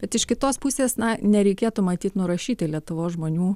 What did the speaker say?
bet iš kitos pusės na nereikėtų matyt nurašyti lietuvos žmonių